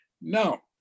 Now